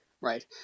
right